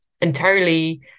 entirely